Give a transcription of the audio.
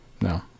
No